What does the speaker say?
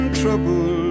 trouble